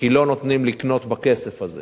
כי לא נותנים לקנות בכסף הזה